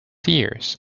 seers